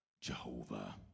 Jehovah